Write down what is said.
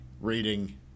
rating